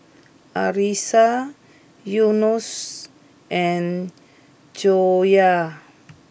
Arissa Yunos and Joyah